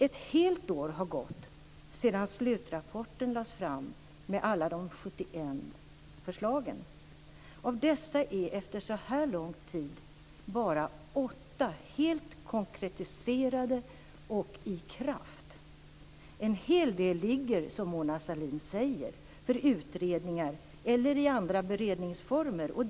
Ett helt år har gått sedan slutrapporten lades fram med alla de 71 förslagen. Av dessa är, efter så här lång tid, bara 8 helt konkretiserade och i kraft. En hel del ligger, som Mona Sahlin säger, i utredningar eller i andra beredningsformer.